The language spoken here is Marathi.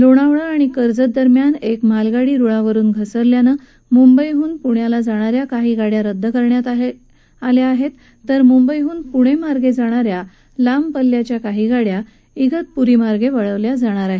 लोणावळा कर्जत दरम्यान एक मालगाडी घसरल्यानं मुंबईहून पुण्याला जाणाऱ्या काही गाड्या रद्द करण्यात आल्या आहेत तर मुंबईहून पुणे मार्गे जाणाऱ्या लांब पल्ल्याच्या गाड्या इगतपुरीहून वळवल्या जाणार आहेत